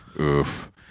oof